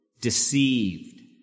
deceived